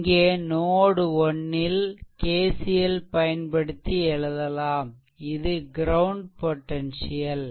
இங்கே நோட்1 ல்KCL பயன்படுத்தி எழுதலாம் இது க்ரௌண்ட் பொடென்சியல்